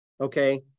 Okay